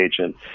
agent